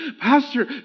Pastor